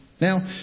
Now